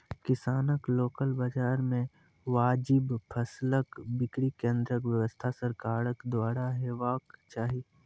किसानक लोकल बाजार मे वाजिब फसलक बिक्री केन्द्रक व्यवस्था सरकारक द्वारा हेवाक चाही?